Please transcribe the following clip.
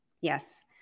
Yes